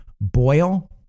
boil